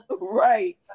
Right